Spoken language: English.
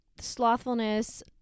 slothfulness